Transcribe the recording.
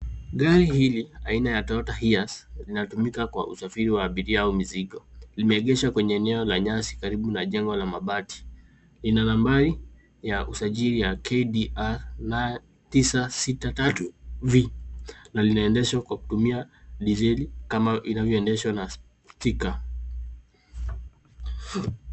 Gari hili aina ya Toyota Hiace, linatumika kwa usafiri wa abiria au mizigo. Limeegeshwa kwenye eneo la nyasi karibu na jengo la mabati. Lina nambari ya usajili ya KDA 963V na linaendeshwa kwa kutumia diesel kama inavyoendeshwa na stika.